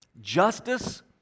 justice